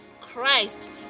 Christ